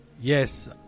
Yes